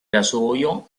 rasoio